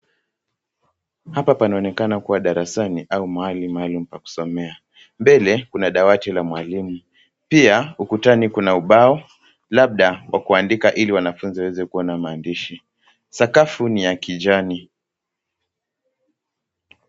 Hapa panaonekana kuwa darasani au mahali maalum pa kusomea. Mbele kuna dawati la mwalimu pia ukutani kuna ubao labda kwa kuandika ili wanafunzi waweze kuwa na maandishi. Sakafu ni ya kijani.